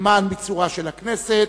למען ביצורה של הכנסת,